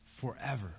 forever